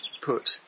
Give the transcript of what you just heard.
put